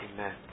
Amen